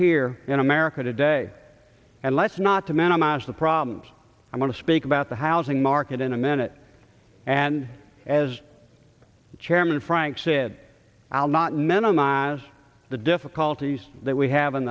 here in america today and let's not to manama's the problems i want to speak about the housing market in a minute and as chairman frank said i'll not minimize the difficulties that we have in